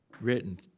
written